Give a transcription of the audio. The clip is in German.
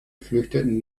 flüchteten